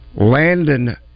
Landon